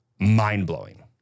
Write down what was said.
Mind-blowing